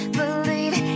believe